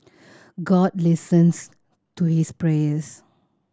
God listens to his prayers